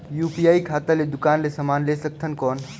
UPI खाता ले दुकान ले समान ले सकथन कौन?